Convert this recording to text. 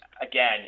again